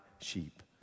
sheep